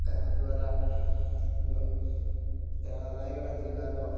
ଏହାଦ୍ୱାରା ଏହା ରାୟେଗଡ଼ା ଜିଲ୍ଲାର